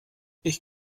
ich